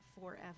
forever